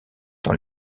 dans